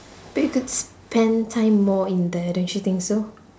but you could spend time more in there don't you think so